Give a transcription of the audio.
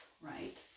right